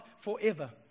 forever